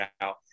out